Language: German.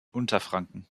unterfranken